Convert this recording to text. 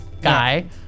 guy